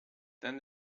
then